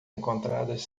encontradas